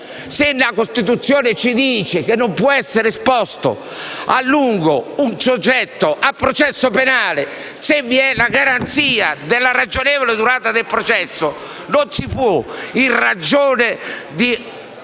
Se la Costituzione ci dice che un soggetto non può essere esposto a lungo a processo penale, se vi è la garanzia della ragionevole durata del processo, non si può,